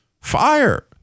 fire